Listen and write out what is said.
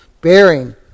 bearing